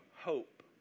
hope